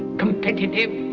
competitive.